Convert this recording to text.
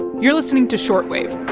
you're listening to short wave.